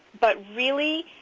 but really,